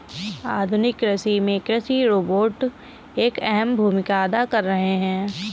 आधुनिक कृषि में कृषि रोबोट एक अहम भूमिका अदा कर रहे हैं